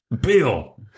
Bill